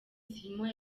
simon